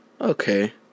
okay